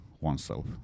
oneself